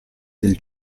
del